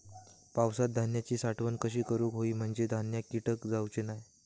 पावसात धान्यांची साठवण कशी करूक होई म्हंजे धान्यात कीटक जाउचे नाय?